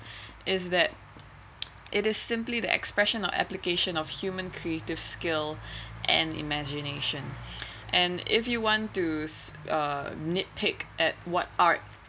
is that it is simply the expression or application of human creative skill and imagination and if you want to uh nitpick at what art